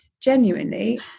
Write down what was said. genuinely